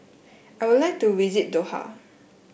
I would like to visit Doha